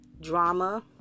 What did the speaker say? drama